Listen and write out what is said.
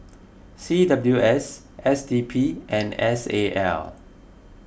C W S S D P and S A L